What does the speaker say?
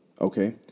okay